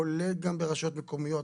כולל גם ברשויות מקומיות,